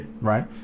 Right